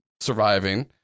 surviving